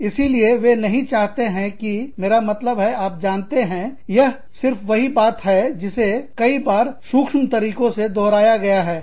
इसीलिए वे नहीं चाहते हैं कि मेरा मतलब है आप जानते हैंयह सिर्फ वही बात है जिसे कई बार सूक्ष्म तरीकों से दोहराया गया है